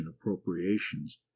appropriations